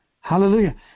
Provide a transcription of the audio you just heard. hallelujah